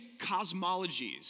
cosmologies